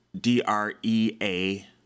D-R-E-A